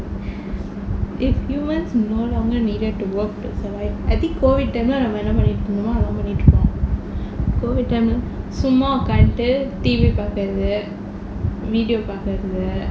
if humans no longer needed to work to survive I think COVID time நம்ப என்ன பண்ணிட்டு இருந்தமோ அதேதான் பண்ணிட்டு இருப்போம்:namba enna pannittu irunthamo athethaan pannittu iruppom COVID time சும்மா உக்காந்து:chumma ukkaanthu T_V பாக்குறது:paakurathu video பாக்குறது:paakurathu